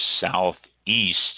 southeast